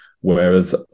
whereas